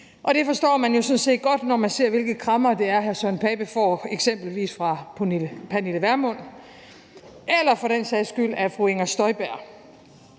og det forstår man jo sådan set godt, når man ser, hvilke krammere det er, hr. Søren Pape Poulsen får eksempelvis af fru Pernille Vermund eller for den sags skyld af fru Inger Støjberg.